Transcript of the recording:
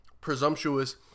presumptuous